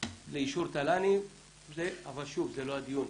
לאישור תל"נים, אבל שוב, זה לא הדיון.